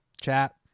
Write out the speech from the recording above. chat